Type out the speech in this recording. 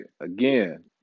Again